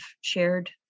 shared